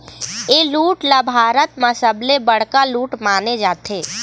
ए लूट ल भारत म सबले बड़का लूट माने जाथे